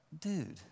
dude